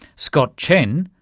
scott chen,